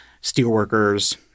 Steelworkers